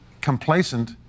complacent